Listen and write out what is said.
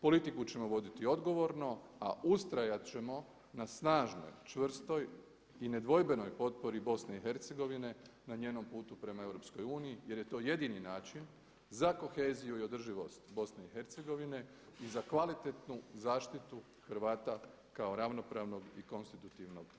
Politiku ćemo voditi odgovorno, a ustrajat ćemo na snažnoj, čvrstoj i nedvojbenoj potpori BiH na njenom putu prema EU jer je to jedini način za koheziju i održivost BiH i za kvalitetnu zaštitu Hrvata kao ravnopravnog i konstitutivnog naroda.